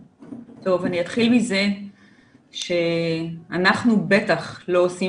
טוב, אני אתחיל מזה שאנחנו בטח לא עושים